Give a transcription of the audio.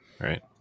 right